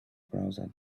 browser